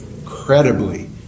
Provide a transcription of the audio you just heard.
incredibly